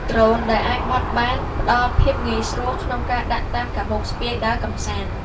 ដ្រូនដែលអាចបត់បាន ផ្ដល់ភាពងាយស្រួលក្នុងការដាក់តាមកាបូបស្ពាយដើរកម្សាន្ត។